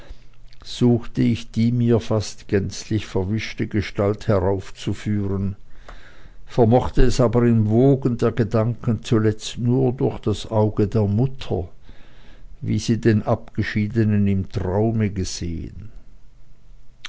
suchte ich die mir fast gänzlich verwischte gestalt heraufzuführen vermochte es aber im wogen der gedanken zuletzt nur durch das auge der mutter wie sie den abgeschiedenen im traume gesehen